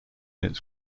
its